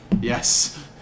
Yes